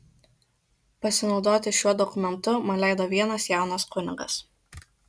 pasinaudoti šiuo dokumentu man leido vienas jaunas kunigas